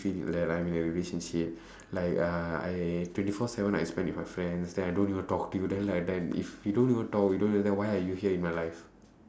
feel like I'm in a relationship like uh I twenty four seven I spend with my friends then I don't even talk to you then like that if we don't even talk we don't even then why are you here in my life